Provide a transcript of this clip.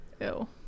Ew